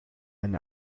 eine